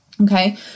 Okay